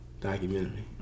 documentary